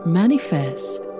manifest